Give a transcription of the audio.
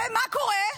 ומה קורה?